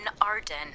Arden